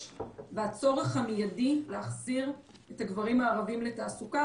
והצורך המיידי להחזיר את הגברים הערבים לתעסוקה.